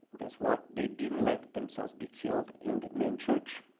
guess what, they didn't let themselves be killed in the main church.